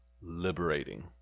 liberating